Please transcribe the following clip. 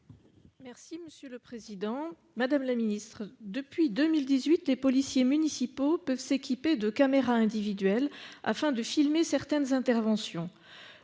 Merci monsieur le président, madame la ministre, depuis 2018, les policiers municipaux peuvent s'équiper de caméras individuelles afin de filmer certaines interventions.